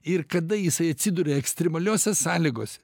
ir kada jisai atsiduria ekstremaliose sąlygose